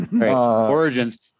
origins